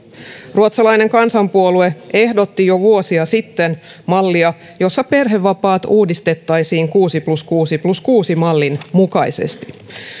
ruotsalainen kansanpuolue ehdotti jo vuosia sitten mallia jossa perhevapaat uudistettaisiin kuusi plus kuusi plus kuusi mallin mukaisesti